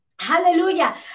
Hallelujah